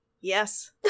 Yes